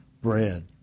bread